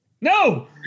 No